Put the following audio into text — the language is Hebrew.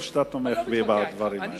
טוב שאתה תומך בי בדברים האלה.